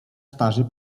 starzy